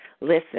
Listen